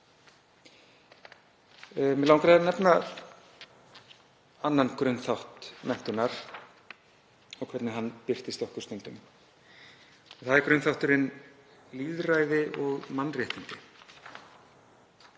Mig langar að nefna annan grunnþátt menntunar og hvernig hann birtist okkur. Það er grunnþátturinn lýðræði og mannréttindi.